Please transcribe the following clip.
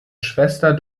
schwester